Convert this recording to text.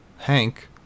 Hank